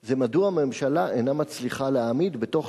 זה מדוע הממשלה אינה מצליחה להעמיד בתוך